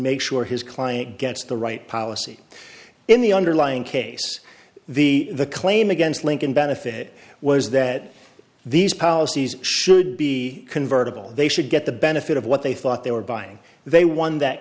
make sure his client gets the right policy in the underlying case the the claim against lincoln benefit was that these policies should be convertible they should get the benefit of what they thought they were buying they won that